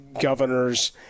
governors